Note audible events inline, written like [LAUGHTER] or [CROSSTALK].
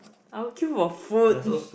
I'll queue for food [LAUGHS]